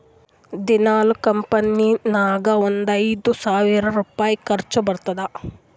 ದಿನಾಲೂ ಕಂಪನಿ ನಾಗ್ ಒಂದ್ ಐಯ್ದ ಸಾವಿರ್ ರುಪಾಯಿ ಖರ್ಚಾ ಬರ್ತುದ್